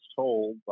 told